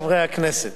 הבריאות והפנסיה